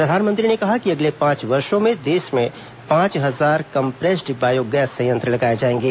प्रधानमंत्री ने कहा कि अगले पांच वर्षों में देश में पांच हजार कम्प्रेस्ड बायो गैस संयंत्र लगाए जाएंगे